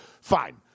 Fine